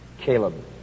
Caleb